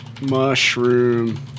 Mushroom